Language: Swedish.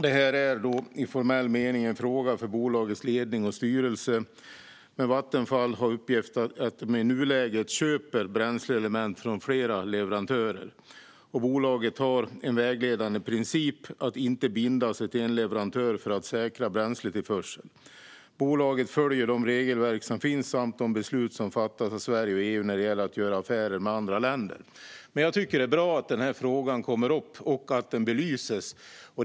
Det här är i formell mening en fråga för bolagets ledning och styrelse, men Vattenfall har uppgett att de i nuläget köper bränsleelement från flera leverantörer, och bolaget har en vägledande princip att inte binda sig till en leverantör för att säkra bränsletillförseln. Bolaget följer de regelverk som finns samt de beslut som fattas av Sverige och EU när det gäller att göra affärer med andra länder. Jag tycker att det är bra att den här frågan kommer upp och att den belyses.